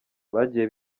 bagiye